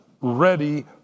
ready